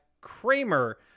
Kramer